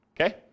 Okay